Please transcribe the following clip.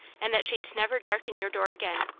and that she'd never darken your door again,